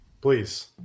Please